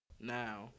Now